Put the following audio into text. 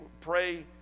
pray